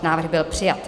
Návrh byl přijat.